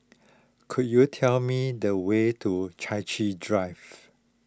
could you tell me the way to Chai Chee Drive